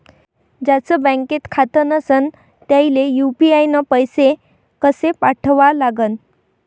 ज्याचं बँकेत खातं नसणं त्याईले यू.पी.आय न पैसे कसे पाठवा लागन?